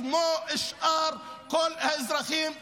כמו כל שאר האזרחים בנגב.